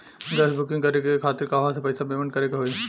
Gas booking करे के खातिर कहवा से पैसा पेमेंट करे के होई?